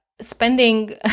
spending